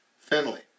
Finley